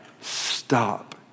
stop